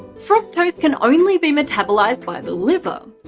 fructose can only be metabolised by the liver.